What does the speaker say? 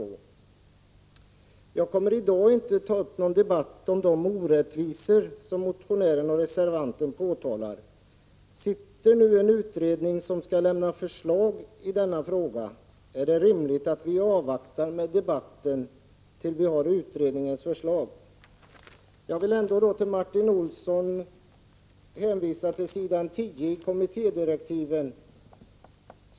Jag kommer i dag inte att ta upp någon debatt om de orättvisor som motionären och reservanten påtalat. Sitter nu en utredning som skall lämna förslag i denna fråga, är det rimligt att vi avvaktar med debatten till dess vi har utredningens förslag, men jag vill ändå hänvisa Martin Olsson till s. 10 i kommittédirektiven.